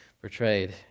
portrayed